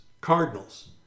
cardinals